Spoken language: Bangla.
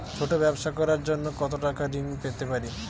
ছোট ব্যাবসা করার জন্য কতো টাকা ঋন পেতে পারি?